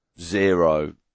zero